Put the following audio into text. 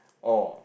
oh